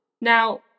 Now